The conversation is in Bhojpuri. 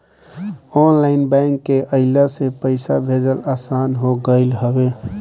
ऑनलाइन बैंक के अइला से पईसा भेजल आसान हो गईल हवे